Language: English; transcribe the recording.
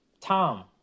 Tom